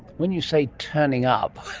when you say turning up,